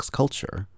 culture